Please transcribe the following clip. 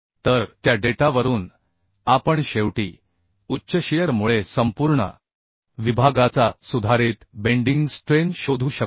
तर त्या डेटावरून आपण शेवटी उच्च शिअर मुळे संपूर्ण विभागाचा सुधारित बेंडिंग स्ट्रेन शोधू शकतो